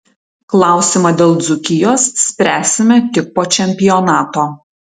klausimą dėl dzūkijos spręsime tik po čempionato